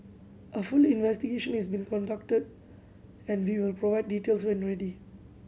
a full investigation is being conducted and we will provide details when ready